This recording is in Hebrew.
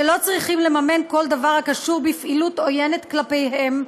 שלא צריכים לממן כל דבר הקשור בפעילות עוינת כלפיהם,